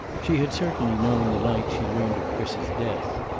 she had certainly known the night she learned of chris's death.